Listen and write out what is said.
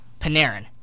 Panarin